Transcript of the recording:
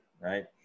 right